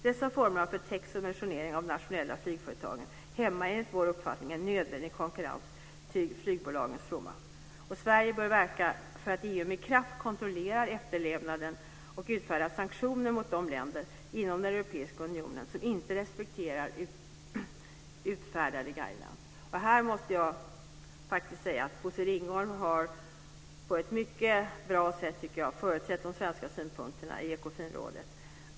Dessa former av förtäckt subventionering av de nationella flygföretagen hämmar enligt vår uppfattning en nödvändig konkurrens till flygbolagens fromma. Sverige bör verka för att EU med kraft kontrollerar efterlevnaden och utfärdar sanktioner mot de länder inom den europeiska unionen som inte respekterar utfärdade guidelines. Här måste jag faktiskt säga att Bosse Ringholm på ett mycket bra sätt har företrätt de svenska synpunkterna i Ekofinrådet.